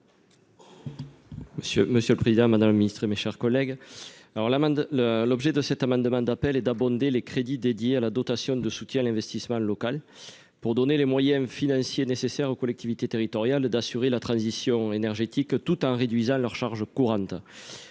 monsieur le Président, Madame la Ministre, mes chers collègues, alors là le l'objet de cet amendement d'appel et d'abonder les crédits dédiés à la dotation de soutien à l'investissement local pour donner les moyens financiers nécessaires aux collectivités territoriales d'assurer la transition énergétique tout en réduisant leurs charges courantes,